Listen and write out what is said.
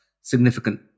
significant